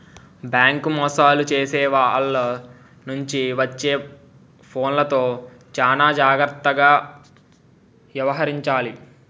bank మోసాలు చేసే ఆల్ల నుంచి వచ్చే ఫోన్లతో చానా జాగర్తగా యవహరించాలి